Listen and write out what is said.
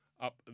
up